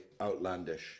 outlandish